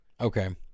Okay